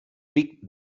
pic